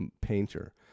painter